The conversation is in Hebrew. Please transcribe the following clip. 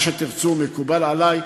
מה שתרצו מקובל עלי.